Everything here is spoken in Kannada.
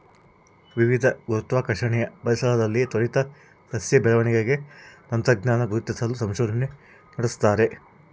ವಿವಿಧ ಗುರುತ್ವಾಕರ್ಷಣೆಯ ಪರಿಸರದಲ್ಲಿ ತ್ವರಿತ ಸಸ್ಯ ಬೆಳವಣಿಗೆ ತಂತ್ರಜ್ಞಾನ ಗುರುತಿಸಲು ಸಂಶೋಧನೆ ನಡೆಸ್ತಾರೆ